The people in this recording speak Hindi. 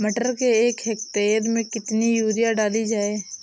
मटर के एक हेक्टेयर में कितनी यूरिया डाली जाए?